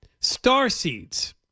Starseeds